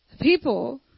People